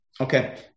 Okay